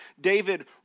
David